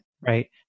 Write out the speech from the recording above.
right